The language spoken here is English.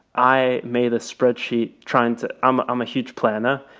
i made a spreadsheet trying to i'm um a huge planner.